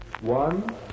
One